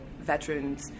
veterans